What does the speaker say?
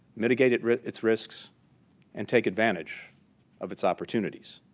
mitigate its its risks and take advantage of its opportunities.